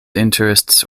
interests